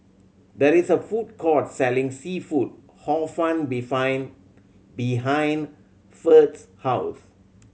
there is a food court selling seafood Hor Fun behind Ferd's house